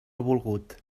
volgut